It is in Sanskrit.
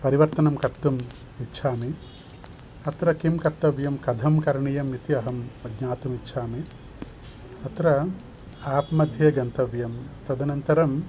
परिवर्तनं कर्तुम् इच्छामि तत्र किं कर्तव्यं कथं करणीयम् इति अहम् ज्ञातुम् इच्छामि अत्र आप्मध्ये गन्तव्यं तदनन्तरं